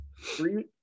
three